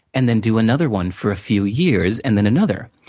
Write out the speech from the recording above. and then do another one for a few years, and then, another.